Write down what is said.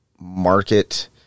market